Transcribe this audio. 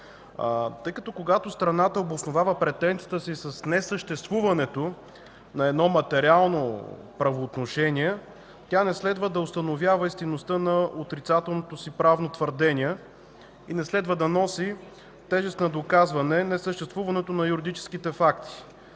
Тъй като когато страната обосновава претенцията си с несъществуването на едно материално правоотношение, тя не следва да установява истинността на отрицателното си правно твърдение и не следва да носи тежест на доказване несъществуването на юридическите факти,